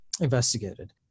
investigated